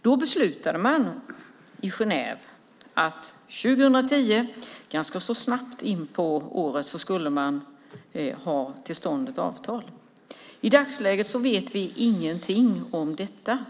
Där i Genève bestämde man att 2010, ganska snabbt in på året, skulle man få till stånd ett avtal. I dagsläget vet vi inget om detta.